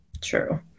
True